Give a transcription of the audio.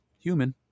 human